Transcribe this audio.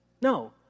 No